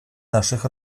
naszych